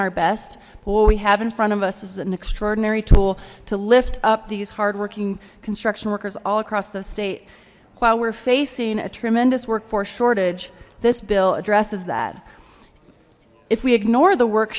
our best but what we have in front of us is an extraordinary tool to lift up these hard working construction workers all across the state while we're facing a tremendous workforce shortage this bill addresses that if we ignore the work